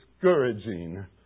discouraging